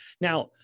now